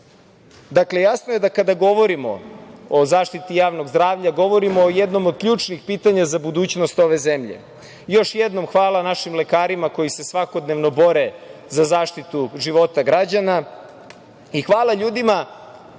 jasno je da kada govorimo o zaštiti javnog zdravlja govorimo o jednom od ključnih pitanja za budućnost ove zemlje. Još jednom hvala našim lekarima koji se svakodnevno bore za zaštitu života građana i hvala ljudima